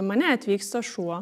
mane atvyksta šuo